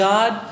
God